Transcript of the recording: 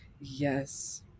yes